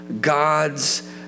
God's